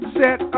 set